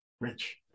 rich